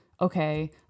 okay